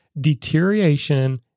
deterioration